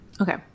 okay